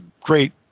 great